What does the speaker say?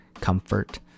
comfort